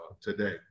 today